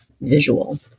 visual